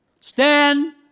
stand